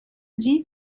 sie